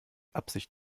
absicht